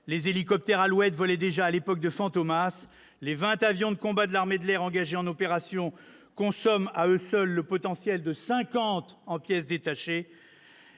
les hélicoptères Alouette volaient déjà à l'époque de ! Les vingt avions de combat de l'armée de l'air engagés en opérations consomment à eux seuls le potentiel de cinquante appareils